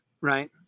right